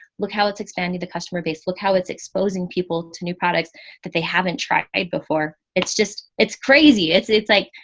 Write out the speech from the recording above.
look how it's expanding the customer base. look how it's exposing people to new products that they haven't tried before. it's just, it's crazy. it's it's like,